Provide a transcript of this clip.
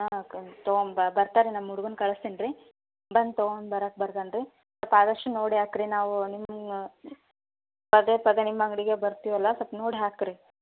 ಹಾಂ ಓಕೆ ದೊಂಬ ಬರ್ತಾರೆ ನಮ್ಮ ಹುಡುಗನ್ನ ಕಳ್ಸ್ತೀನಿ ರೀ ಬಂದು ತಾವೊಂದು ಬರೋಕೆ ಬರ್ದೇನ ರೀ ಮತ್ತು ಆದಷ್ಟು ನೋಡಿ ಹಾಕಿರಿ ನಾವು ನಿಮ್ಮ ಪದೇ ಪದೇ ನಿಮ್ಮ ಅಂಗಡಿಗೆ ಬರ್ತೀವಿ ಅಲ್ಲ ಸ್ವಲ್ಪ ನೋಡಿ ಹಾಕಿರಿ